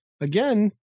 again